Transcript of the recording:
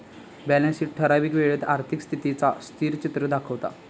balance sheet ठरावीक वेळेत आर्थिक स्थितीचा स्थिरचित्र दाखवता